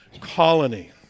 colony